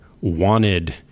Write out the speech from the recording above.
wanted